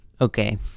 Okay